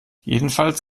jedenfalls